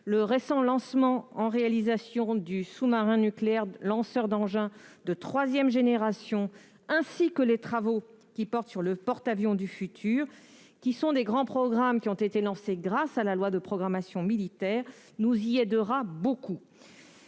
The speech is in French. le récent lancement en réalisation du sous-marin nucléaire lanceur d'engins de troisième génération ainsi que les travaux portant sur le porte-avions du futur, grands programmes lancés grâce à la loi de programmation militaire, nous aideront beaucoup.